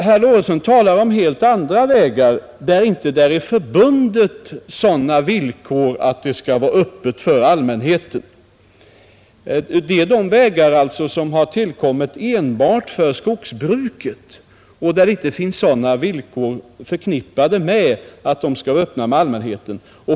Herr Lorentzon talar om helt andra vägar, som inte är förbundna med villkoret att de skall vara öppna för allmänheten, alltså de vägar som har tillkommit enbart för skogsbruket. Med dem finns inte några villkor förknippade att de skall vara öppna för allmänheten.